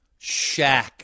Shaq